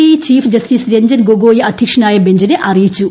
I chief justice Ranjan Gogoi അദ്ധ്യക്ഷനായ ബെഞ്ചിനെ അറിയിച്ചു